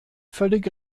völlig